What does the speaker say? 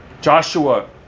Joshua